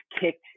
kicked